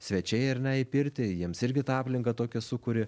svečiai ar ne į pirtį jiems irgi tą aplinką tokią sukuri